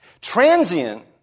Transient